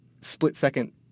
split-second